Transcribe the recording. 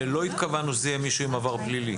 לא התכוונו שזה יהיה מישהו עם עבר פלילי.